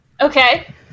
Okay